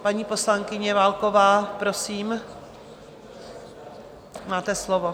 Paní poslankyně Válková, prosím, máte slovo.